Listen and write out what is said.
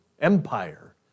Empire